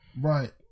Right